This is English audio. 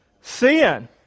Sin